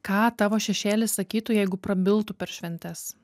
ką tavo šešėlis sakytų jeigu prabiltų per šventes